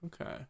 okay